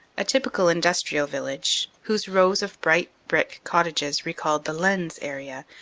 a typical industrial village, whose rows of bright brick cottages recalled the lens area,